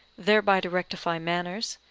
thereby to rectify manners,